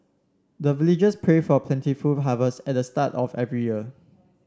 the villagers pray for plentiful harvest at the start of every year